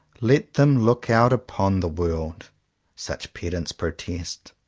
let them look out upon the world such pedants protest.